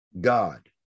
God